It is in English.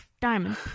diamond